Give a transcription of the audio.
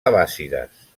abbàssides